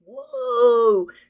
whoa